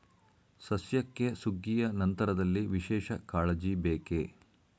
ಸಸ್ಯಕ್ಕೆ ಸುಗ್ಗಿಯ ನಂತರದಲ್ಲಿ ವಿಶೇಷ ಕಾಳಜಿ ಬೇಕೇ?